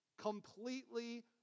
completely